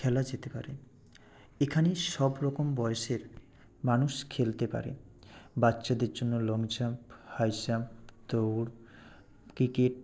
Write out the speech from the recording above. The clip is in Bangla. খেলা যেতে পারে এখানে সবরকম বয়সের মানুষ খেলতে পারে বাচ্চাদের জন্য লং জাম্প হাই জাম্প দৌড় ক্রিকেট